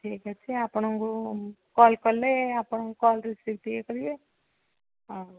ଠିକ୍ ଅଛି ଆପଣଙ୍କୁ କଲ୍ କଲେ ଆପଣ କଲ୍ ରିସିଭ୍ ଟିକେ କରିବେ ହଉ